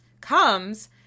comes